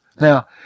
Now